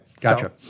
Gotcha